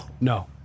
no